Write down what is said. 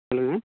சொல்லுங்கள்